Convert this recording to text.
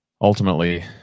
ultimately